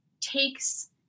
takes